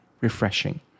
refreshing